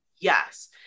Yes